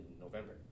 November